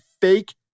fake